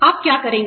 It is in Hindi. आप क्या करेंगे